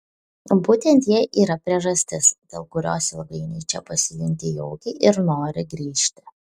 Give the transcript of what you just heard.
būtent jie yra priežastis dėl kurios ilgainiui čia pasijunti jaukiai ir nori grįžti